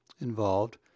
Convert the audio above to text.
involved